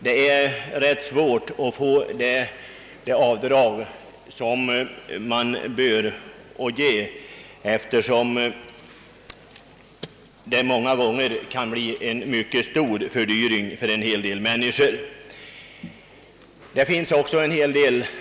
Det är nu svårt att få ett avdrag som motsvarar den många gånger mycket stora fördyring som en hel del människor får vidkännas, vad beträffar såväl resor som övriga utgifter.